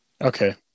okay